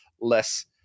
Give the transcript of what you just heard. less